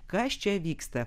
kas čia vyksta